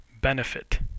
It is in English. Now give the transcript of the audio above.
benefit